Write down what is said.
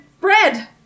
bread